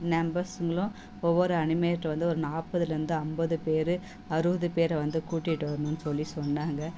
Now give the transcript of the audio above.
நம்பர்ஸுங்களும் ஒவ்வொரு அனிமேட் வந்து ஒரு நாற்பதுலேருந்து ஐம்பது பேர் அறுபது பேரை வந்து கூட்டிகிட்டு வரணுன்னு சொல்லி சொன்னாங்க